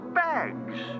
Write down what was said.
bags